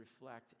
reflect